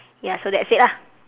ya so that's it lah